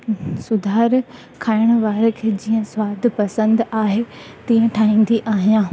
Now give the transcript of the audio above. सुधारु खाइण वारे खे जीअं सवादु पसंद आहे तीअं ठाहींदी आहियां